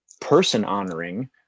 person-honoring